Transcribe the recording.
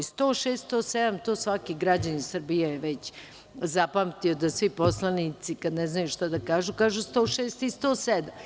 Članovi 106. i 107, to je svaki građanin Srbije već zapamtio, da svi poslanici kada ne znaju šta da kažu, kažu 106. i 107.